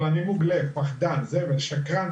אבל אני מוג לב, פחדן, זבל, שקרן.